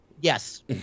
yes